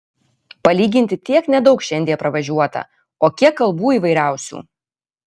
palyginti tiek nedaug šiandie pravažiuota o kiek kalbų įvairiausių